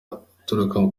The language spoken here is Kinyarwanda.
aturuka